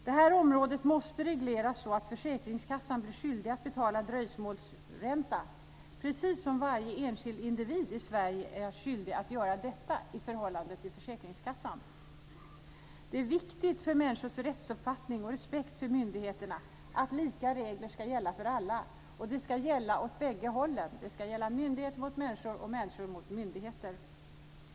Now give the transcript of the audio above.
Det här området måste regleras så att försäkringskassan blir skyldig att betala dröjsmålsränta, precis som varje enskild individ i Sverige är skyldig att göra detta i förhållande till försäkringskassan. Det är viktigt för människors rättsuppfattning och respekt för myndigheterna att lika regler ska gälla för alla. De ska gälla åt bägge hållen. De ska gälla myndigheter mot människor och människor mot myndigheter.